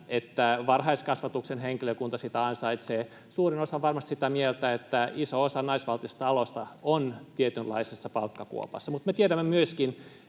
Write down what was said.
että varhaiskasvatuksen henkilökunta sitä ansaitsee. Suurin osa on varmasti sitä mieltä, että iso osa naisvaltaisista aloista on tietynlaisessa palkkakuopassa. Mutta me tiedämme myöskin,